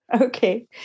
Okay